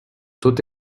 tot